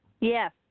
Yes